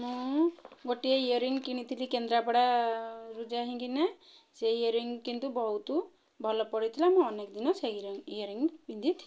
ମୁଁ ଗୋଟିଏ ଇୟରିଂ କିଣିଥିଲି କେନ୍ଦ୍ରାପଡ଼ାରୁ ଯା କାହିଁକିନା ସେ ଇୟରିଂ କିନ୍ତୁ ବହୁତ ଭଲ ପଡ଼ିଥିଲା ମୁଁ ଅନେକ ଦିନ ସେଇ ଇୟରିଂ ପିନ୍ଧିଥିଲି